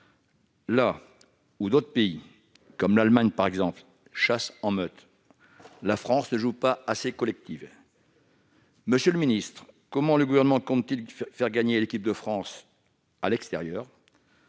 Là où d'autres pays, comme l'Allemagne, par exemple, chassent en meute, la France ne joue pas assez collectif. Monsieur le ministre, comment le Gouvernement compte-t-il faire gagner l'équipe de France à l'extérieur ?